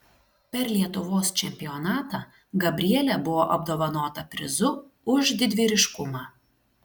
per lietuvos čempionatą gabrielė buvo apdovanota prizu už didvyriškumą